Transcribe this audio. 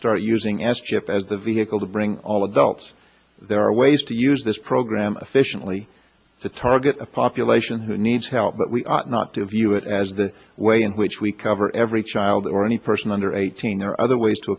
start using s chip as a vehicle to bring all adults there are ways to use this program efficiently to target a population who needs help but we ought not to view it as the way in which we cover every child or any person under eighteen or other ways to